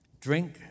drink